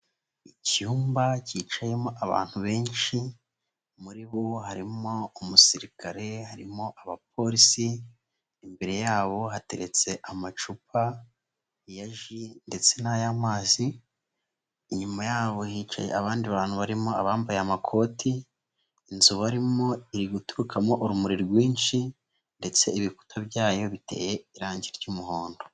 icyumba cyicayemo abantu benshi muri bo harimo umusirikare, harimo abapolisi, imbere yabo hateretse amacupa ya ji ndetse n'ay'amazi, inyuma yaho hicaye abandi bantu barimo abambaye amakoti, inzu barimo iri guturukamo urumuri rwinshi ndetse ibikuta byayo biteye irangi ry'umuhondo.